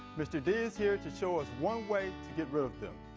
mister d is here to show us one way to get rid of them.